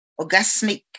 Orgasmic